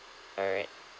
alright